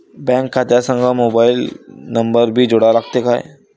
Bank खात्या संग mobile number भी जोडा लागते काय?